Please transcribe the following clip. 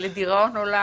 לדיראון עולם.